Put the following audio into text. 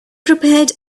prepared